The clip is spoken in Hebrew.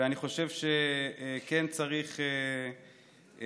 ואני חושב שכך צריך לראות.